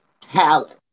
talent